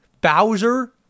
Bowser